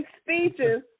speeches